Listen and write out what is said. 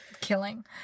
Killing